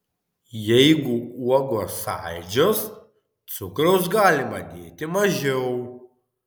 jeigu uogos saldžios cukraus galima dėti mažiau